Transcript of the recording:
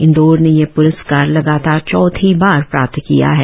इंदौर ने यह प्रस्कार लगातार चौथी बार प्राप्त किया है